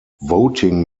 voting